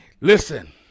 Listen